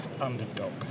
underdog